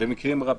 במקרים רבים.